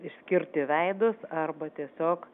išskirti veidus arba tiesiog